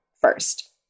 first